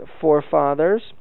forefathers